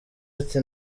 ati